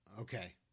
Okay